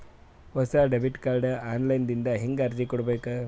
ಹೊಸ debit card online ದಿಂದ ಹೇಂಗ ಅರ್ಜಿ ಕೊಡಬೇಕು?